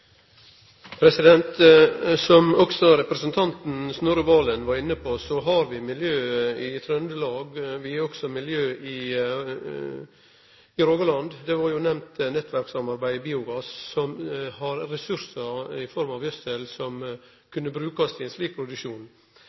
Som også representanten Snorre Serigstad Valen var inne på, har vi miljø i Trøndelag, og vi har miljø i Rogaland. Nettverkssamarbeid om biogass var jo nemnt, som har ressursar i form av gjødsel, som kunne brukast til ein slik produksjon.